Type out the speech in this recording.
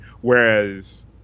whereas